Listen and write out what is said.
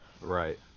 Right